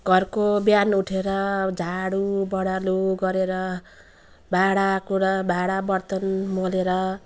घरको बिहान उठेर झाडु बढार्नु गरेर भाँडाकुँडा भाँडाबर्तन मोलेर